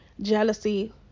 jealousy